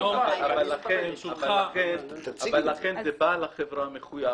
אבל לכן בעל החברה מחויב